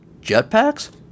Jetpacks